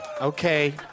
Okay